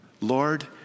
Lord